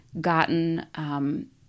gotten –